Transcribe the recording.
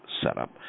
setup